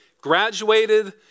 Graduated